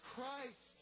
Christ